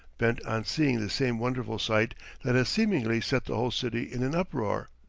bent on seeing the same wonderful sight that has seemingly set the whole city in an uproar.